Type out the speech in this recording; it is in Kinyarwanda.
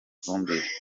ifumbire